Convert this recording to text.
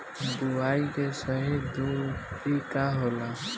बुआई के सही दूरी का होला?